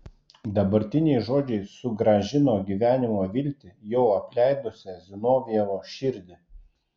dabartiniai žodžiai sugrąžino gyvenimo viltį jau apleidusią zinovjevo širdį